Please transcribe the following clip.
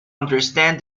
understand